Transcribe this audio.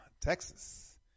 Texas